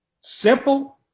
simple